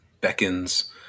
beckons